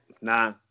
nah